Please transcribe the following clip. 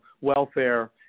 welfare